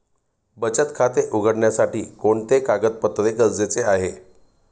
बचत खाते उघडण्यासाठी कोणते कागदपत्रे गरजेचे आहे?